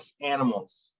animals